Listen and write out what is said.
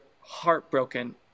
heartbroken